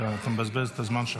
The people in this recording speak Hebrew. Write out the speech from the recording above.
אתה מבזבז את הזמן שלך.